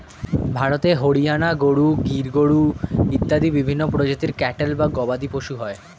ভারতে হরিয়ানা গরু, গির গরু ইত্যাদি বিভিন্ন প্রজাতির ক্যাটল বা গবাদিপশু হয়